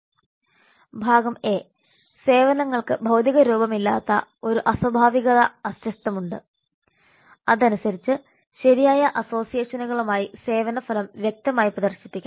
ഭാഗം എ സേവനങ്ങൾക്ക് ഭൌതിക രൂപമില്ലാതെ ഒരു അസ്വാഭാവിക അസ്തിത്വമുണ്ട് അതനുസരിച്ച് ശരിയായ അസോസിയേഷനുകളുമായി സേവന ഫലം വ്യക്തമായി പ്രദർശിപ്പിക്കണം